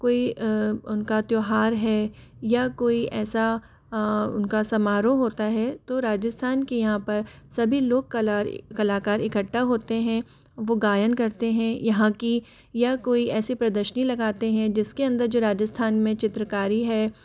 कोई उनका त्योहार है या कोई ऐसा उनका समारोह होता है तो राजस्थान के यहाँ पर सभी लोग कलाकार इकट्ठा होते हैं वह गायन करते हैं यहाँ की या कोई ऐसी प्रदर्शनी लगाते हैं जिसके अंदर जो राजस्थान में चित्रकारी है